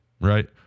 right